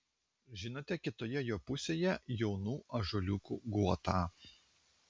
žinote kitoje jo pusėje jaunų ąžuoliukų guotą